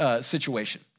situation